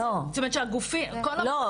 זאת אומרת שהגופים --- לא,